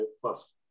plus